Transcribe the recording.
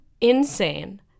Insane